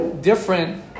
different